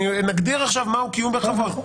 נגדיר עכשיו מהו קיום בכבוד,